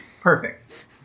perfect